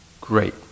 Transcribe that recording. Great